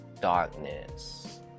darkness